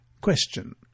Question